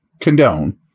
condone